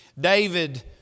David